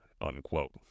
unquote